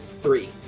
Three